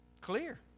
clear